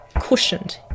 cushioned